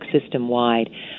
system-wide